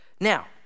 Now